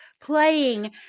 playing